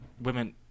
women